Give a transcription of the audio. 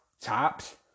Tops